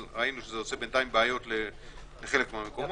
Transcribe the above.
אבל ראינו שזה עושה בעיות לחלק מהמקומות.